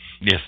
Yes